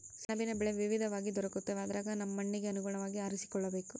ಸೆಣಬಿನ ಬೆಳೆ ವಿವಿಧವಾಗಿ ದೊರಕುತ್ತವೆ ಅದರಗ ನಮ್ಮ ಮಣ್ಣಿಗೆ ಅನುಗುಣವಾಗಿ ಆರಿಸಿಕೊಳ್ಳಬೇಕು